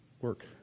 work